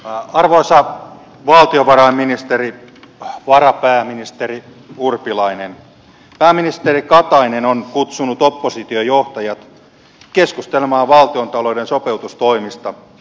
arvoisa valtiovarainministeri varapääministeri urpilainen pääministeri katainen on kutsunut oppositiojohtajat keskustelemaan valtiontalouden sopeutustoimista